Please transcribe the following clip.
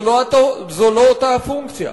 זו לא אותה פונקציה.